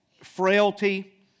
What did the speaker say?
frailty